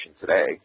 today